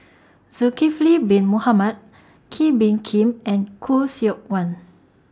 Zulkifli Bin Mohamed Kee Bee Khim and Khoo Seok Wan